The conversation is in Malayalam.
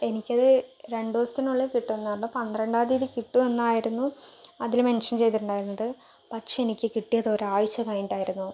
എനിക്കത് രണ്ട് ദിവസത്തിനുള്ളിൽ കിട്ടുമെന്ന് പറഞ്ഞു പന്ത്രണ്ടാം തീയതി കിട്ടുമെന്നായിരുന്നു അതിൽ മെൻഷൻ ചെയ്തിട്ടുണ്ടായിരുന്നത് പക്ഷെ എനിക്കു കിട്ടിയത് ഒരാഴ്ച കഴിഞ്ഞിട്ടായിരുന്നു